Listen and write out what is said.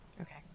Okay